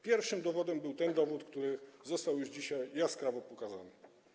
Pierwszym dowodem był ten, który został już dzisiaj jaskrawo pokazany.